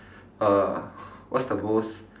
err what's the most